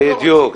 בדיוק,